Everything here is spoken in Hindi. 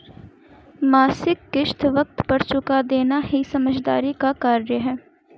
मासिक किश्त वक़्त पर चूका देना ही समझदारी का कार्य है